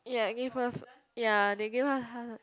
ya give birth ya they give birth